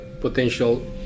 potential